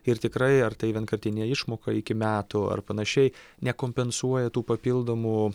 ir tikrai ar tai vienkartinė išmoka iki metų ar panašiai nekompensuoja tų papildomų